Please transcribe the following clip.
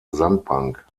sandbank